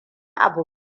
abu